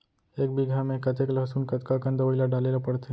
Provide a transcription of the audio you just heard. एक बीघा में कतेक लहसुन कतका कन दवई ल डाले ल पड़थे?